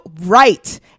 Right